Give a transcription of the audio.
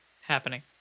happening